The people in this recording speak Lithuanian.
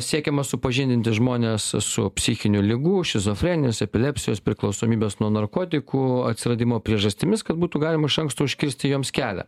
siekiama supažindinti žmones su psichinių ligų šizofrenijos epilepsijos priklausomybės nuo narkotikų atsiradimo priežastimis kad būtų galima iš anksto užkirsti joms kelią